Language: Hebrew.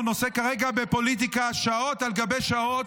עוסק כרגע בפוליטיקה שעות על גבי שעות.